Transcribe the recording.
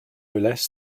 less